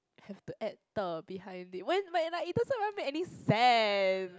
have to add ter behind it but but like it doesn't even make any sense